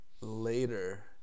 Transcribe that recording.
later